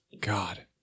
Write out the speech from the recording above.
God